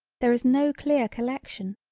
there is no clear collection.